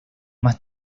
más